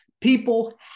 people